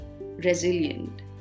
resilient